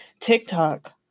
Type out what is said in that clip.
TikTok